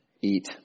eat